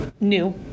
new